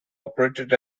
operated